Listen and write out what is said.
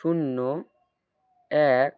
শূন্য এক